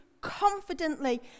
confidently